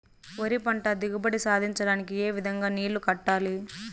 వరి పంట దిగుబడి సాధించడానికి, ఏ విధంగా నీళ్లు కట్టాలి?